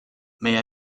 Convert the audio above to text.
may